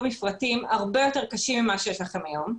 מפרטים הרבה יותר קשים ממה שיש לכם היום,